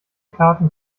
karten